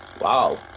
Wow